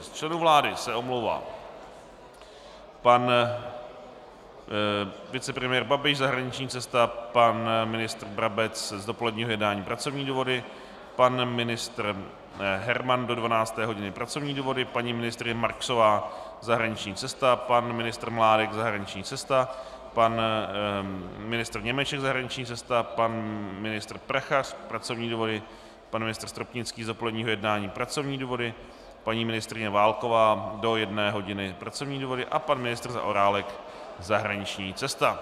Z členů vlády se omlouvají: pan vicepremiér Babiš zahraniční cesta, pan ministr Brabec z dopoledního jednání pracovní důvody, pan ministr Herman do 12 hodin pracovní důvody, paní ministryně Marksová zahraniční cesta, pan ministr Mládek zahraniční cesta, pan ministr Němeček zahraniční cesta, pan ministr Prachař pracovní důvody, pan ministr Stropnický z dopoledního jednání pracovní důvody, paní ministryně Válková do 13 hodin pracovní důvody a pan ministr Zaorálek zahraniční cesta.